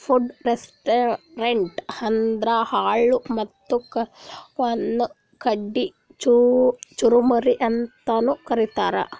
puffed rice ಅಂದ್ರ ಅಳ್ಳ ಮತ್ತ್ ಕೆಲ್ವನ್ದ್ ಕಡಿ ಚುರಮುರಿ ಅಂತಾನೂ ಕರಿತಾರ್